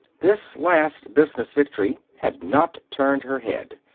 this last business victory had not turned her head.